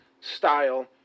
style